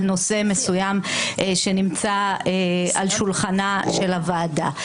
נושא מסוים שנמצא על שולחנה של הוועדה.